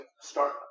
start